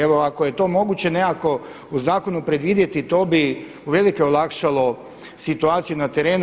Evo ako je to moguće nekako u zakonu predvidjeti, to bi uvelike olakšalo situaciju na terenu.